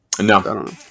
No